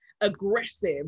aggressive